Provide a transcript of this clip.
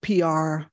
PR